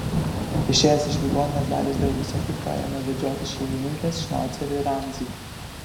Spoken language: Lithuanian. išėjęs iš ligoninės darius dėl viso pikto ėmė vedžiotis šeimininkės šnaucerį ramzį